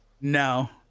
No